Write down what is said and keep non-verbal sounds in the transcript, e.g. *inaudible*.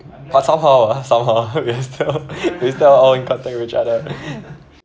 but somehow uh somehow *laughs* we're still *laughs* we're still all in contact with each other *laughs*